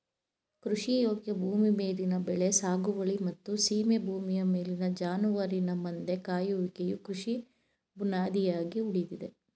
ಕೃಷಿಯೋಗ್ಯ ಭೂಮಿ ಮೇಲಿನ ಬೆಳೆ ಸಾಗುವಳಿ ಮತ್ತು ಸೀಮೆ ಭೂಮಿಯ ಮೇಲಿನ ಜಾನುವಾರಿನ ಮಂದೆ ಕಾಯುವಿಕೆಯು ಕೃಷಿ ಬುನಾದಿಯಾಗಿ ಉಳಿದಿದೆ